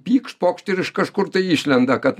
pykšt pokšt ir iš kažkur tai išlenda kad